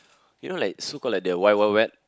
you know like so called like the Wild-Wild-Wet